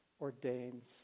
ordains